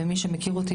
ומי שמכיר אותי,